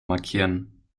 markieren